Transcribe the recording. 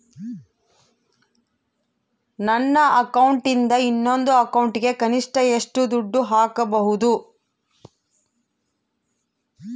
ನನ್ನ ಅಕೌಂಟಿಂದ ಇನ್ನೊಂದು ಅಕೌಂಟಿಗೆ ಕನಿಷ್ಟ ಎಷ್ಟು ದುಡ್ಡು ಹಾಕಬಹುದು?